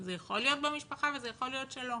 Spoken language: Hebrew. זה יכול להיות במשפחה וזה יכול להיות שלא.